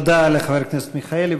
תודה לחבר הכנסת מיכאלי.